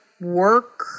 work